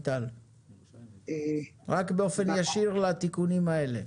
רק באופן ישיר לתיקונים האלה.